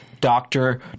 doctor